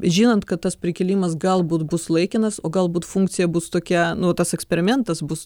žinant kad tas prikėlimas galbūt bus laikinas o galbūt funkcija bus tokia nu tas eksperimentas bus